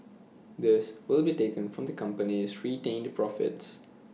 this will be taken from the company's retained the profits